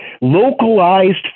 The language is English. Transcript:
Localized